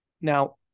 Now